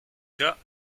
cas